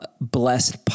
blessed